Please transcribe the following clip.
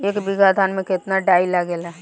एक बीगहा धान में केतना डाई लागेला?